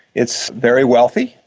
it's very wealthy,